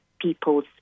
people's